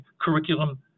curriculum